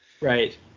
Right